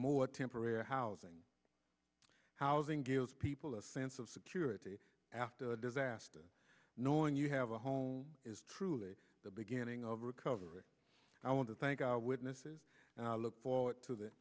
more temporary housing housing gives people a sense of security after the disaster knowing you have a home is truly the beginning of recovery i want to thank our witnesses and i look forward to th